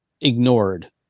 ignored